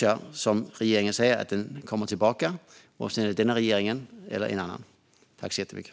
Jag hoppas att denna eller nästa regering kommer tillbaka i frågan.